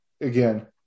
again